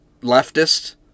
leftist